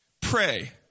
Pray